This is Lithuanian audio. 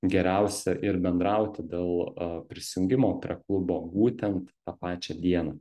geriausia ir bendrauti dėl prisijungimo prie klubo būtent tą pačią dieną